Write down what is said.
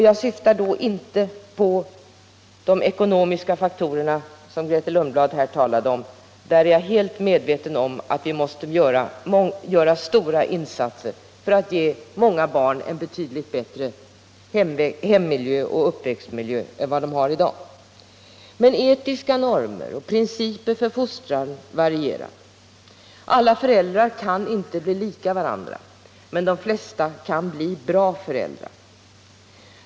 Jag syftar då inte på de ekonomiska faktorerna, som Grethe Lundblad här talade om — jag är helt medveten om att vi måste göra stora insatser för att ge många barn en betydligt bättre hemmiljö och uppväxtmiljö än de har i dag — utan på att etiska normer och principer för fostran varierar. Alla föräldrar kan inte bli lika varandra, men de flesta kan bli bra föräldrar.